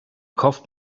kauft